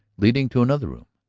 leading to another room.